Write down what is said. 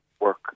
work